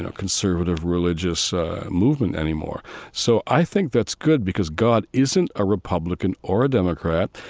ah conservative religious movement anymore so i think that's good because god isn't a republican or a democrat,